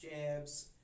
jabs